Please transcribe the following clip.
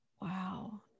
Wow